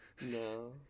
No